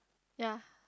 ya